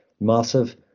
massive